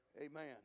Amen